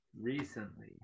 Recently